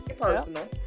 personal